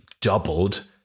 doubled